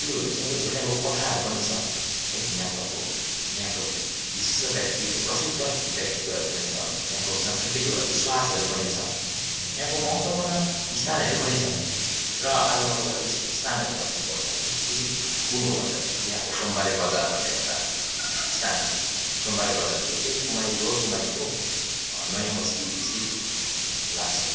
त्योहरू चाहिँ अब धेरै अब कथाहरू पनि छ है यहाँको अब यहाँको विशिष्ट व्यक्ति प्रसिद्ध व्यक्तित्वहरू पनि छ यहाँको सांस्कृतिक एउटा विश्वासहरू पनि छ यहाँको महत्त्वपूर्ण स्थानहरू पनि छ र आज म तपाईँलाई स्थानहरू बारेमा बताउँछु त्यो चाहिँ कुन हो भन्दा खेरि चाहिँ यहाँको सोमबारे बजार भन्ने एउटा स्थान छ सोमबारे बजार जो चाहिँ कुमाई लोवर कुमाईको नयाँ बस्ती स्थित लाग्छ